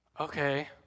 okay